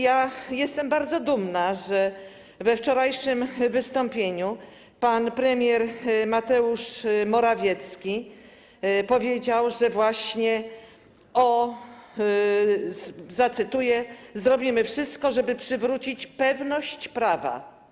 Ja jestem bardzo dumna, że we wczorajszym wystąpieniu pan premier Mateusz Morawiecki wypowiedział słowa, które właśnie zacytuję: Zrobimy wszystko, żeby przywrócić pewność prawa.